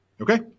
Okay